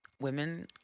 women